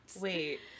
Wait